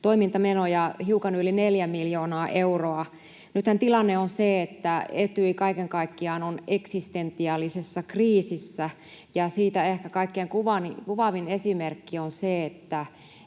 toimintamenoja hiukan yli neljä miljoonaa euroa. Nythän tilanne on se, että Etyj kaiken kaikkiaan on eksistentiaalisessa kriisissä, ja siitä ehkä kaikkein kuvaavin esimerkki on se, että